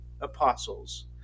apostles